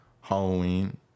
halloween